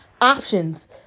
options